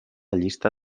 llista